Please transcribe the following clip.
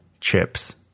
chips